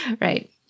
Right